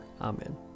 Amen